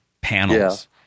panels